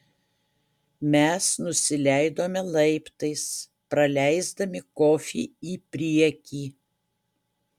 mes nusileidome laiptais praleisdami kofį į priekį